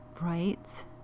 right